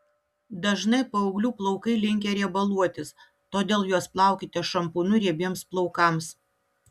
dažnai paauglių plaukai linkę riebaluotis todėl juos plaukite šampūnu riebiems plaukams